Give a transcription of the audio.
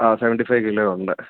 ആ seventy five കിലോയുണ്ട്